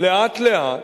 לאט-לאט,